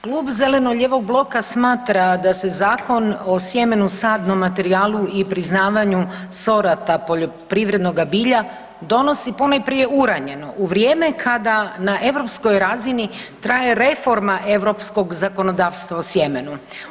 Klub zeleno-lijevog bloka da se Zakon o sjemenu, sadnom materijalu i priznavanju sorata poljoprivrednoga bilja donosi ponajprije preuranjeno u vrijeme kada na europskoj razini traje reforma europskog zakonodavstva o sjemenu.